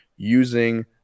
using